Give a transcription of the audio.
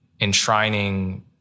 enshrining